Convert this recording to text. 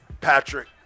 Patrick